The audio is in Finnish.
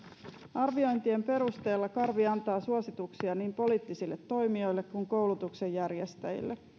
arviointien perusteella karvi antaa suosituksia niin poliittisille toimijoille kuin koulutuksen järjestäjille